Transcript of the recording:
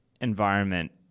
environment